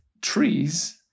trees